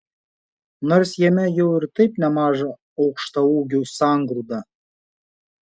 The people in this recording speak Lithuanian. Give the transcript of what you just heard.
nors jame jau ir taip nemaža aukštaūgių sangrūda